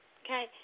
okay